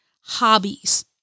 Hobbies